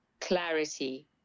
clarity